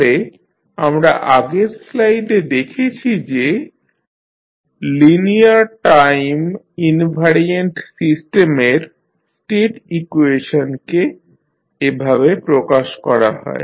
তাহলে আমরা আগের স্লাইডে দেখেছি যে লিনিয়ার টাইম ইনভ্যারিয়ান্ট সিস্টেমের স্টেট ইকুয়েশনকে এভাবে প্রকাশ করা হয়